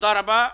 תודה רבה.